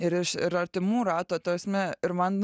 ir iš ir artimų rato ta prasme ir man